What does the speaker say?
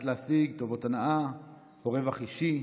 כדי להשיג טובות הנאה או רווח אישי.